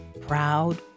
proud